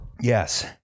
Yes